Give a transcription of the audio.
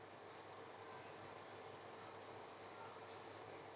okay